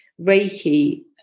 Reiki